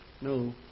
No